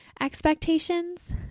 expectations